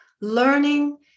Learning